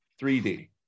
3D